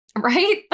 Right